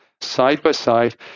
side-by-side